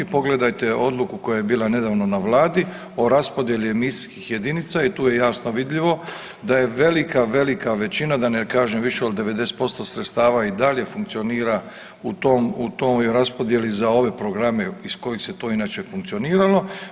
Pogledajte odluku koja je bila nedavno na vladi o raspodjeli emisijskih jedinica i tu je jasno vidljivo da je velika, velika većina, da ne kažem više od 90% sredstava i dalje funkcionira u tom, u tom, u ovoj raspodjeli za ove programe iz kojih se to inače funkcioniralo.